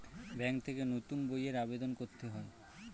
bank থেকে নতুন বইয়ের আবেদন করতে হয়